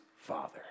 father